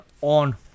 on